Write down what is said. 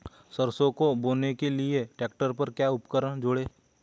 सरसों को बोने के लिये ट्रैक्टर पर क्या उपकरण जोड़ें?